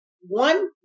one